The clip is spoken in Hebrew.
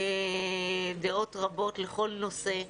דעות רבות לכל נושא.